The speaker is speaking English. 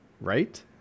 right